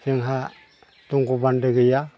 जोंहा दंग' बान्दो गैया